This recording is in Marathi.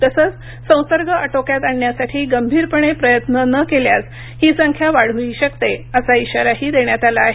तसंच संसर्ग आटोक्यात आणण्यासाठी गंभीरपणे प्रयत्न न केल्यास ही संख्या वाढूही शकते असा इशाराही देण्यात आला आहे